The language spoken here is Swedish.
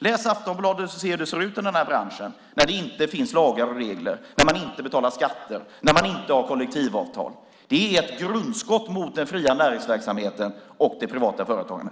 Läs Aftonbladet, Maud Olofsson, så ser du hur det ser ut i branschen när det inte finns lagar och regler, när man inte betalar skatter och när man inte har kollektivavtal! Det är ett grundskott mot den fria näringsverksamheten och det privata företagandet.